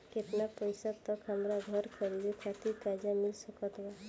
केतना पईसा तक हमरा घर खरीदे खातिर कर्जा मिल सकत बा?